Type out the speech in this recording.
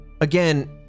again